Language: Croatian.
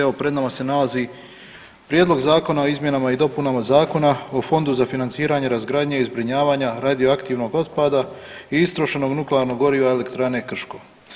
Evo pred nama se nalazi Prijedlog zakona o izmjenama i dopunama Zakona o Fondu za financiranje razgradnje i zbrinjavanje radioaktivnog otpada i istrošenog nuklearnog goriva Elektrane Krško.